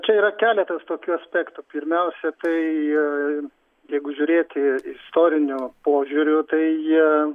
čia yra keletas tokių aspektų pirmiausia tai jeigu žiūrėti istoriniu požiūriu tai jie